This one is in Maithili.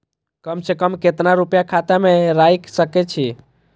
कम से कम केतना रूपया खाता में राइख सके छी?